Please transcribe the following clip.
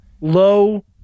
Low